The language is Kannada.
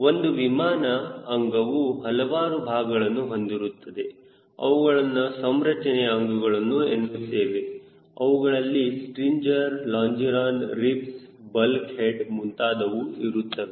ಒಂದು ವಿಮಾನ ಅಂಗವು ಹಲವಾರು ಭಾಗಗಳನ್ನು ಹೊಂದಿರುತ್ತವೆ ಅವುಗಳನ್ನು ಸಂರಚನ ಅಂಗಗಳು ಎನ್ನುತ್ತೇವೆ ಅವುಗಳಲ್ಲಿ stringer longeron ribs bulkhead ಮುಂತಾದವು ಇರುತ್ತವೆ